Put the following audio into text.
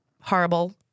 horrible